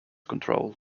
control